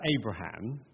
Abraham